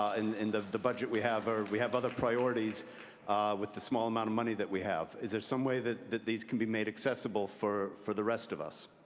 and in the the budget we have or we have other priorities with the small amount of money that we have. is there some way that that these can be made accessible for for the rest of us?